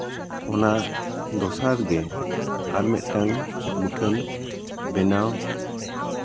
ᱚᱱᱟ ᱫᱚᱥᱟᱨ ᱜᱮ ᱟᱨ ᱢᱤᱫᱴᱟᱱ ᱢᱩᱴᱷᱟᱹᱱ ᱵᱮᱱᱟᱣ